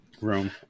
room